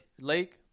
Lake